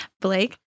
Blake